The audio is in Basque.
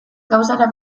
gauza